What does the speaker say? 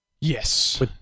Yes